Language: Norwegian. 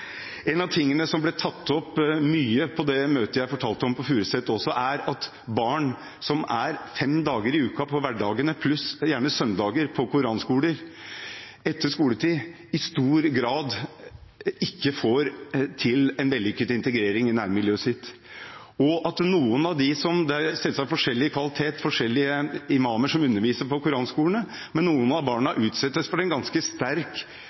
En av tingene som også ble tatt opp på det møtet jeg fortalte om på Furuset, er at barn som fem dager i uka på hverdagene pluss gjerne søndager er på koranskoler etter skoletid, i stor grad ikke får til en vellykket integrering i nærmiljøet sitt. Det er selvsagt forskjellig kvalitet, det er forskjellige imamer som underviser på koranskolene, men noen av barna utsettes for en ganske sterk